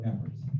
efforts